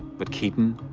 but keaton.